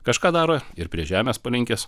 kažką daro ir prie žemės palinkęs